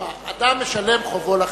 אדם משלם את חובו לחברה.